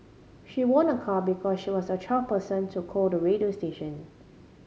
she won a car because she was a twelfth person to call the radio station